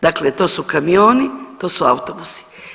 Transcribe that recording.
Dakle to su kamioni, to su autobusi.